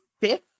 fifth